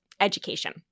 education